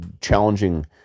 challenging